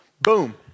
boom